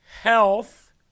health